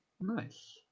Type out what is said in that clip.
nice